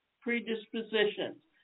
predispositions